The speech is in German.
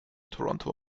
toronto